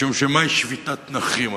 משום שמה היא שביתת נכים?